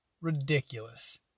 ridiculous